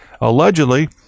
allegedly